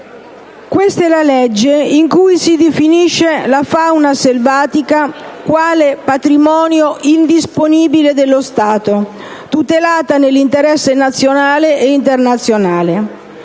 n. 157 del 1992, in cui si definisce la fauna selvatica quale patrimonio indisponibile dello Stato, tutelata nell'interesse nazionale ed internazionale.